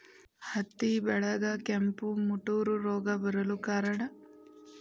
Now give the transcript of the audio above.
ಹತ್ತಿ ಬೆಳೆಗೆ ಕೆಂಪು ಮುಟೂರು ರೋಗ ಬರಲು ಕಾರಣ?